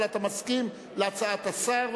אבל אתה מסכים להצעת השר,